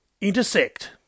intersect